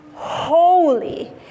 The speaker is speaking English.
holy